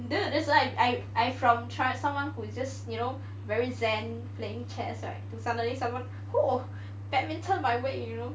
that's why I I from someone who is just you know very zen playing chess right to suddenly someone !woo! badminton my way you know